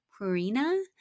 Purina